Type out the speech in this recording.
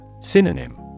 Synonym